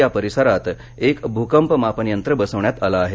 त्या परिसरात एक भूकंप मापन यंत्र बसवण्यात आलं आहे